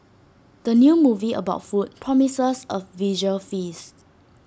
the new movie about food promises A visual feast